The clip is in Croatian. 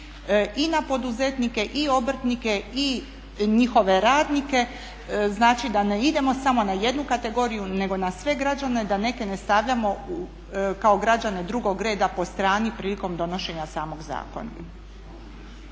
i na poduzetnike i obrtnike i njihove radnike, znači da ne idemo samo na jednu kategoriju nego na sve građane da neke ne stavljamo kao građane drugog reda po strani prilikom donošenja samog zakona.